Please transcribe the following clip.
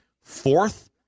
fourth